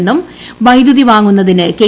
നിന്നും വൈദ്യുതി വാങ്ങുന്നതിന് കെ